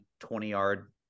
20-yard